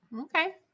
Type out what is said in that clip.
okay